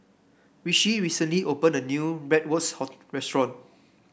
Rishi recently open a new Bratwurst restaurant